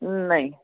नाही